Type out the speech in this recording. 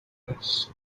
perish